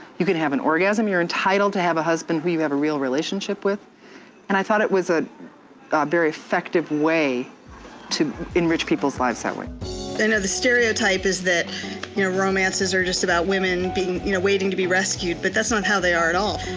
you can have an orgasm, you're entitled to have a husband who you have a real relationship with and i thought it was a very effective way to enrich people's lives that way. i know the stereotype is that your romances are just about women you know waiting to be rescued, but that's not how they are at all.